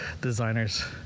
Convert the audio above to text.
designers